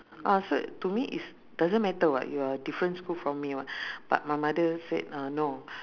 ah so to me it's doesn't matter [what] you're different school from me what but my mother said uh no